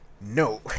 No